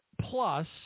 plus